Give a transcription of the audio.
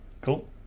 Cool